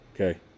Okay